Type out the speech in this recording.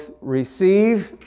receive